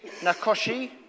Nakoshi